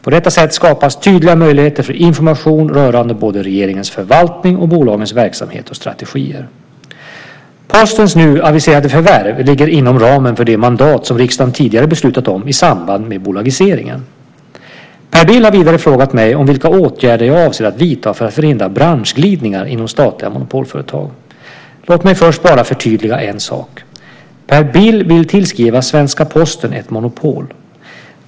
På detta sätt skapas tydliga möjligheter för information rörande både regeringens förvaltning och bolagens verksamhet och strategier. Postens nu aviserade förvärv ligger inom ramen för det mandat som riksdagen tidigare beslutat om i samband med bolagiseringen. Per Bill har vidare frågat mig vilka åtgärder jag avser att vidta för att förhindra branschglidningar inom statliga monopolföretag. Låt mig först bara förtydliga en sak. Per Bill vill tillskriva svenska Posten ett monopol.